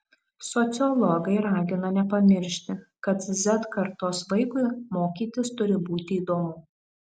sociologai ragina nepamiršti kad z kartos vaikui mokytis turi būti įdomu